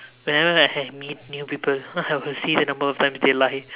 whenever I have meet new people I will see the number of times they lie